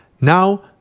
now